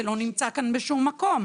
זה לא נמצא כאן בשום מקום.